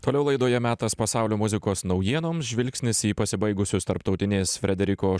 toliau laidoje metas pasaulio muzikos naujienoms žvilgsnis į pasibaigusios tarptautinės frederiko